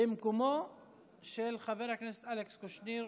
במקומו של חבר הכנסת אלכס קושניר,